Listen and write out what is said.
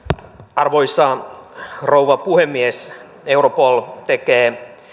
arvoisa rouva puhemies europol tekee